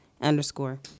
underscore